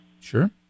Sure